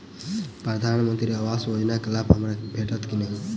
प्रधानमंत्री आवास योजना केँ लाभ हमरा भेटतय की नहि?